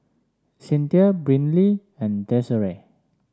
Cinthia Brynlee and Desirae